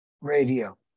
radio